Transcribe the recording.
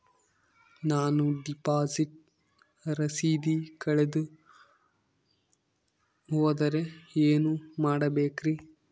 ನಾನು ಡಿಪಾಸಿಟ್ ರಸೇದಿ ಕಳೆದುಹೋದರೆ ಏನು ಮಾಡಬೇಕ್ರಿ?